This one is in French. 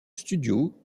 studio